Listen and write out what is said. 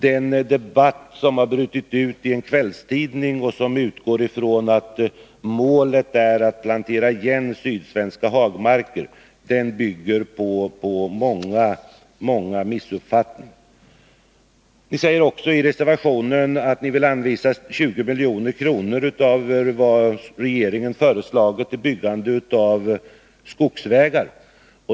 Den debatt som brutit ut i en kvällstidning och som utgår ifrån att målet är att plantera igen sydsvenska hagmarker bygger på många missuppfattningar. Ni säger också i reservationen att ni vill anvisa 20 milj.kr. utöver vad regeringen föreslagit till byggande av skogsvägar.